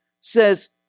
says